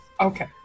Okay